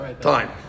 time